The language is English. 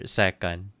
second